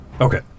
Okay